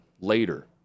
later